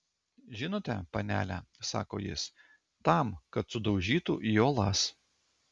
žinote panele sako jis tam kad sudaužytų į uolas